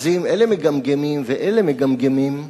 ואם אלה מגמגמים ואלה מגמגמים,